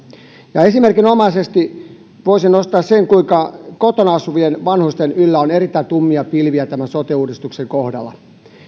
ja esimerkinomaisesti voisin nostaa sen kuinka kotona asuvien vanhusten yllä on erittäin tummia pilviä tämän sote uudistuksen kohdalla